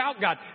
God